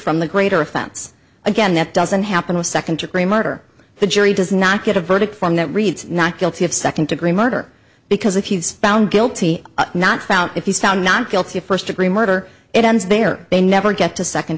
from the greater offense again that doesn't happen with second degree murder the jury does not get a verdict from that read not guilty of second degree murder because if he's found guilty not found if he's found not guilty of first degree murder it ends there they never get to second